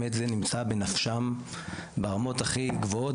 באמת זה נמצא בנפשן ברמות הכי גבוהות